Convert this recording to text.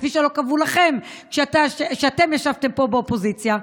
כפי שלא קבעו לכם כשאתם ישבתם פה באופוזיציה,